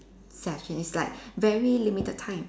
session it's like very limited time